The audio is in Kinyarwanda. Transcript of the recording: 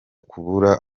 kubura